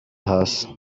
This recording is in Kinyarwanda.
hasi